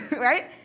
right